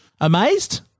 Amazed